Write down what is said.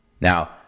Now